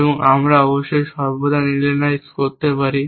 এবং আমরা অবশ্যই সর্বদা লিনিয়ারাইজ করতে পারি